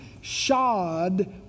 shod